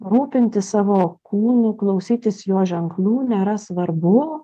rūpintis savo kūnu klausytis jo ženklų nėra svarbu